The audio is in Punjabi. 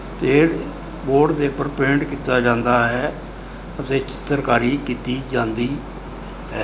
ਤੇ ਬੋਰਡ ਦੇ ਉੱਪਰ ਪੇਂਟ ਕੀਤਾ ਜਾਂਦਾ ਹੈ ਅਤੇ ਚਿੱਤਰਕਾਰੀ ਕੀਤੀ ਜਾਂਦੀ ਹੈ